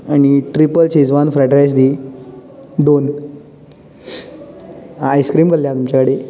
आनी triple schezwan fried rice दी दोन आयस्क्रीम कसली आहा तुमच्या कडेन